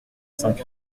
cinq